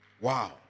Wow